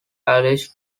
alleged